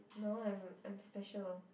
no I'm I'm special